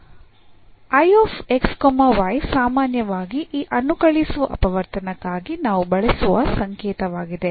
I x y ಸಾಮಾನ್ಯವಾಗಿ ಈ ಅನುಕಲಿಸುವ ಅಪವರ್ತನಕ್ಕಾಗಿ ನಾವು ಬಳಸುವ ಸಂಕೇತವಾಗಿದೆ